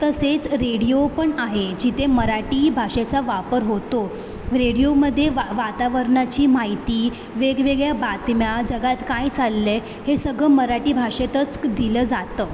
तसेच रेडिओ पण आहे जिथे मराठी भाषेचा वापर होतो रेडिओमध्ये वाता वातावरणाची माहिती वेगवेगळ्या बातम्या जगात काय चाललं आहे हे सगळं मराठी भाषेतच दिलं जातं